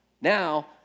Now